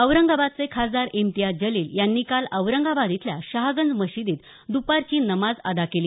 औरंगाबादचे खासदार इम्तियाज जलील यांनी काल औरंगाबाद इथल्या शहागंज मशिदीत दपारची नमाज अदा केली